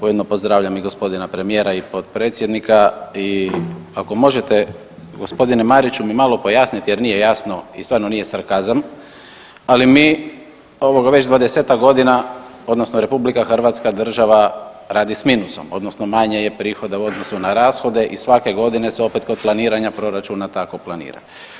Ujedno pozdravljam i g. premijera i potpredsjednika i ako možete g. Mariću mi malo pojasniti jer nije jasno i stvarno nije sarkazam, ali mi već 20-ak godina odnosno RH država radi s minusom odnosno manje je prihoda u odnosu na rashode i svake godine se kod planiranja proračuna tako planira.